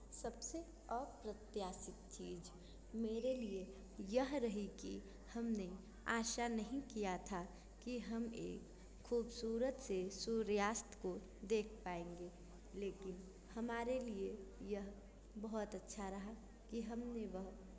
सबसे अप्रत्याशित चीज़ मेरे लिए यह रही कि हमने आशा नहीं किया था कि हम एक खूबसूरत से सूर्यास्त को देख पाएंगे लेकिन हमारे लिए यह बहुत अच्छा रहा कि हमने वह